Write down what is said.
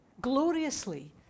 gloriously